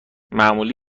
معمولی